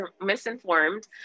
misinformed